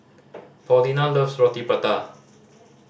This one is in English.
Paulina loves Roti Prata